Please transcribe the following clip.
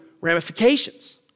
ramifications